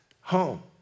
home